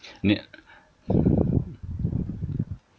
你